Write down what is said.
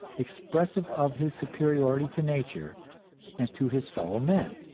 expressive of his superiority to nature and to his fellow men,